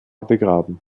begraben